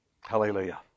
Hallelujah